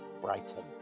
Brighton